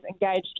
engaged